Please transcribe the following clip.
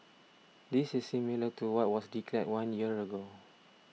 this is similar to what was declared one year ago